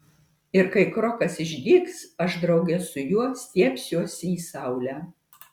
ir kai krokas išdygs aš drauge su juo stiebsiuosi į saulę